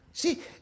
See